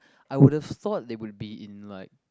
I would've thought they would be in like